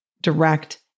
direct